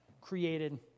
created